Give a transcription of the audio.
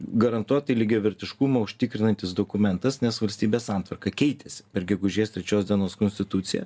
garantuotai lygiavertiškumą užtikrinantis dokumentas nes valstybės santvarka keitėsi per gegužės trečios dienos konstituciją